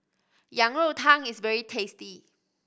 Yang Rou Tang is very tasty